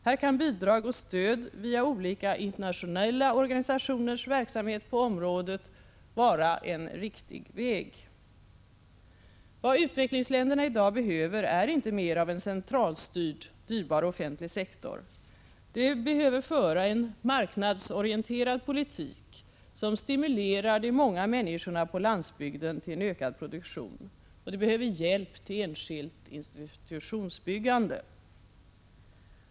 Här kan bidrag och stöd via olika internationella organisationers verksamhet på området vara en riktig väg. Vad utvecklingsländerna i dag behöver är inte mer av en centralstyrd, dyrb: r offentlig sektor. De behöver föra en marknadsorienterad politik som stimulerar de många människorna på landsbygden till en ökad produktion. De behöver hjälp till enskilt institutionsbyggande.